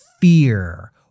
fear